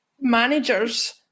managers